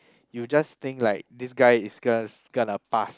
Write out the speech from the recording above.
you just think like this guy is just gonna pass